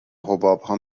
حبابها